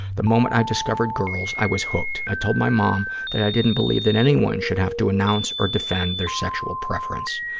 the moment i discovered girls, i was hooked. i told my mom that i didn't believe that anyone should have to announce or defend their sexual preference.